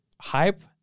hype